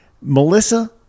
Melissa